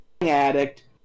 addict